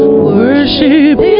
worship